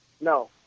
No